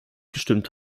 gestimmt